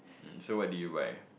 um so what did you buy